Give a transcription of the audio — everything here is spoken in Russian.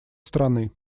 страны